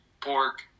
pork